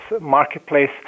marketplace